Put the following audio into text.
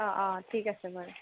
অঁ অঁ ঠিক আছে বাৰু